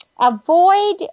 Avoid